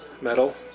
metal